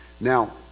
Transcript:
Now